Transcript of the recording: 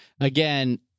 again